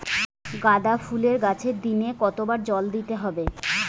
গাদা ফুলের গাছে দিনে কতবার জল দিতে হবে?